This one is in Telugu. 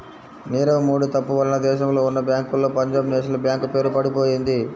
నీరవ్ మోడీ తప్పు వలన దేశంలో ఉన్నా బ్యేంకుల్లో పంజాబ్ నేషనల్ బ్యేంకు పేరు పడిపొయింది